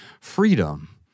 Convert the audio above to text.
freedom